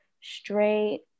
straight